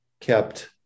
kept